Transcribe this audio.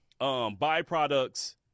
byproducts